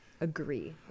Agree